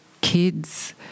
kids